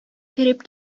кереп